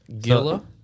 Gilla